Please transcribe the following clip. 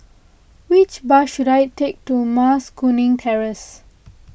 which bus should I take to Mas Kuning Terrace